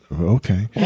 okay